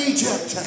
Egypt